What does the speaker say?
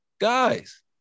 Guys